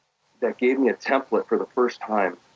that gave me a template for the first time